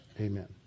Amen